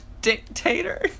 Dictator